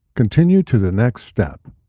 continue to the next step.